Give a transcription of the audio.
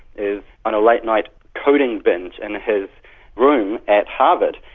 is on a late-night coding binge in his room at harvard.